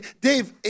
Dave